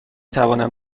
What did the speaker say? توانم